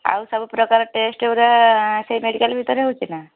ଆଉ ସବୁପ୍ରକାର ଟେଷ୍ଟ ଗୁଡ଼ା ସେହି ମେଡ଼ିକାଲ୍ ଭିତରେ ହେଉଛି ନା